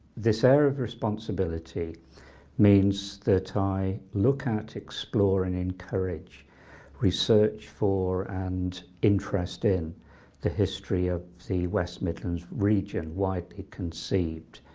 this area of responsibility means that i look at, explore and encourage research for and interest in the history of the west midlands region widely conceived.